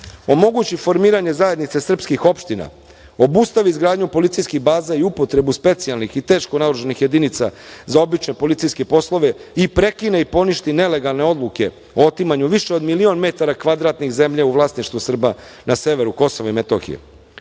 omogući formiranja Zajednice srpskih opština, obustavi izgradnju policijskih baza i upotrebu specijalnih i teško naoružanih jedinica za obične policijske poslove i prekine i poništi nelegalne odluke o otimanju više od miliona metara kvadratnih zemlje u vlasništvu Srba na severu Kosova i Metohije. Da